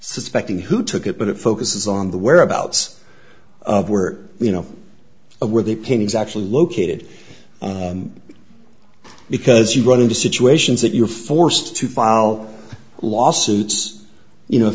suspecting who took it but it focuses on the whereabouts of were you know of where the pin is actually located because you run into situations that you're forced to file lawsuits you know